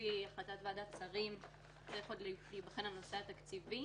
לפי החלטת ועדת שרים צריך עוד להיבחן הנושא התקציבי,